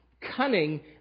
cunning